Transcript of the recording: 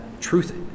truth